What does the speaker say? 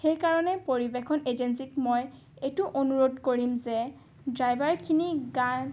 সেইকাৰণে পৰিৱেশন এজেঞ্চিক মই এইটো অনুৰোধ কৰিম যে ড্ৰাইভাৰখিনি গা